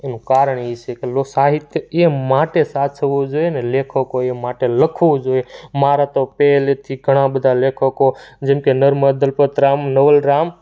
એનું કારણ એ છે કે લોક સાહિત્ય એ માટે સાચવવું જોઈએ ને લેખકો એ માટે લખવું જોઈએ મારે તો પહેલેથી ઘણા બધા લેખકો જેમ કે નર્મદ દલપતરામ નવલરામ